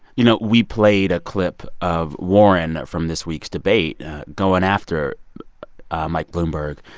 you know, we played a clip of warren from this week's debate going after mike bloomberg.